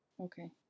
Okay